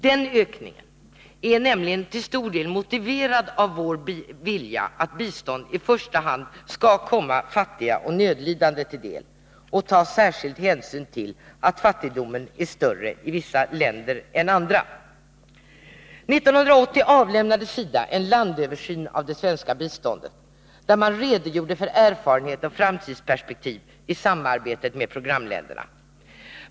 Den ökningen är nämligen till stor del motiverad av vår vilja att se till att bistånd i första hand kommer de fattiga och nödlidande till del och att ta särskild hänsyn till att fattigdomen är större i vissa länder än i andra. 1980 avlämnade SIDA en landöversyn av det svenska biståndet, där man redogjorde för erfarenheter och framtidsperspektiv i samarbetet med programländerna.